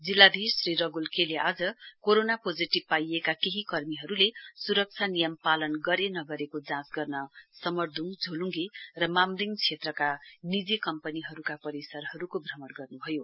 जिल्लाधीश श्री रगूल के ले आज कोरोना पोजिटिभ पाइएका केही कर्मीहरूले सुरक्षा नियम पालन गरे नगरेको जाँच गर्न सम्रदुढ खोलुङ्गे र मामरिङ क्षेत्रको निजी कम्पनीहरूका परिसरहरूको भ्रमण गर्नुभयो